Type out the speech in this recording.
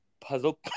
puzzle